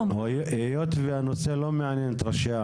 היות והנושא לא מעניין את ראשי הערים,